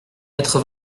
quatre